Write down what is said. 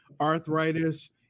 arthritis